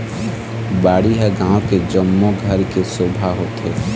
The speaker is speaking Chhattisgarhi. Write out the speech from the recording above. बाड़ी ह गाँव के जम्मो घर के शोभा होथे